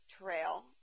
trail